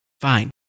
Fine